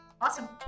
awesome